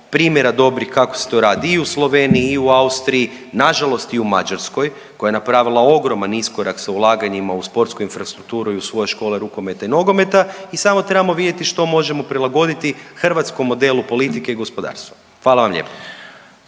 primjera dobrih kako se to radi i u Sloveniji i u Austriji, nažalost i u Mađarskoj koja je napravila ogroman iskorak sa ulaganjima u sportsku infrastrukturu i u svoje škole rukometa i nogometa i samo trebamo vidjeti što možemo prilagoditi hrvatskom modelu politike i gospodarstva. Hvala vam lijepo.